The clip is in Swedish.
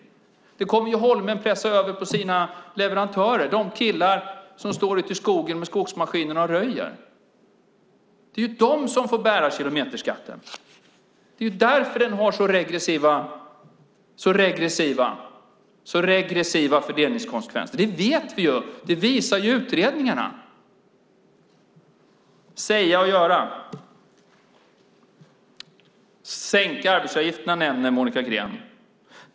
Holmen kommer att pressa över detta på sina leverantörer, det vill säga de killar som står i skogen med skogsmaskinerna och röjer. Det är de som får bära kilometerskatten. Det är därför den har så regressiva fördelningskonsekvenser. Det här vet vi; det visar utredningarna. Det är fråga om vad man säger och vad man gör. Monica Green nämner en sänkning av arbetsgivaravgifterna.